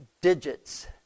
digits